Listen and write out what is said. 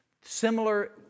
Similar